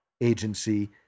Agency